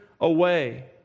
away